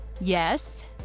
Yes